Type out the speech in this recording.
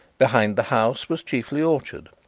behind the house was chiefly orchard.